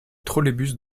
trolleybus